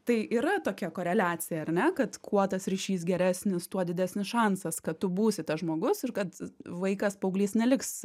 tai yra tokia koreliacija ar ne kad kuo tas ryšys geresnis tuo didesnis šansas kad tu būsi tas žmogus ir kad vaikas paauglys neliks